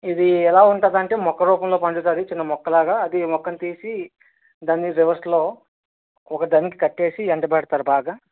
ఇది ఎలా ఉంటది అంటే మొక్క రూపంలో పండుతది చిన్న మొక్కలాగా అది మొక్కను తీసి దాన్ని రివర్స్లో ఒక దానికి కట్టేసి ఎండబెడతారు బాగా